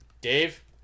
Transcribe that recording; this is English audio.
Dave